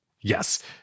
Yes